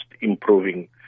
improving